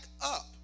up